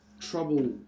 trouble